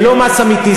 זה לא מס אמיתי,